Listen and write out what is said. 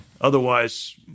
Otherwise